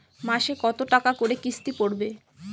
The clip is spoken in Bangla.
মাসে কত টাকা করে কিস্তি পড়বে?